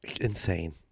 insane